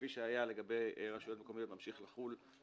כפי שהיה לגבי רשויות מקומיות ממשיך לחולף,